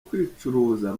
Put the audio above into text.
kwicuruza